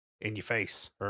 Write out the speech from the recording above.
in-your-face